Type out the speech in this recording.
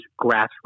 grassroots